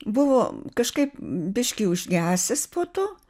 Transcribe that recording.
buvo kažkaip biškį užgesęs po to